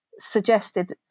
suggested